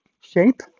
shape